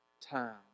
time